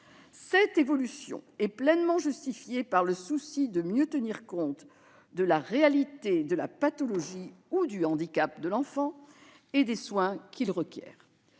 Cette évolution est pleinement justifiée par le souci de mieux tenir compte de la réalité de la pathologie ou du handicap de l'enfant et des soins qu'il requiert.